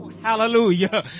hallelujah